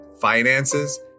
finances